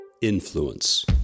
Influence